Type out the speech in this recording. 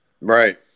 Right